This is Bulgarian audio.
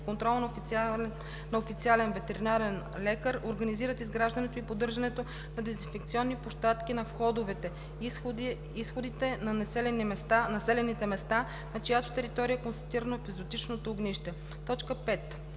контрола на официален ветеринарен лекар организират изграждането и поддържането на дезинфекционни площадки на входовете/изходите на населените места, на чиято територия е констатирано епизоотичното огнище; 5.